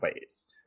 ways